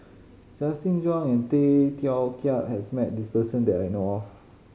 Justin Zhuang and Tay Teow Kiat has met this person that I know of